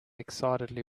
excitedly